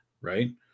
right